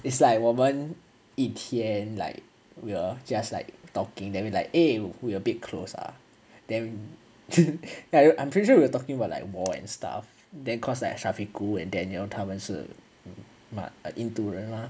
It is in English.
it's like 我们一天 like we were just like talking then we like eh we a bit close ah then I'm pretty sure we were talking about like war and stuff then cause like shafiquh and daniel 他们是印度人 mah